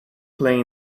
play